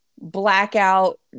blackout